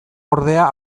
ordea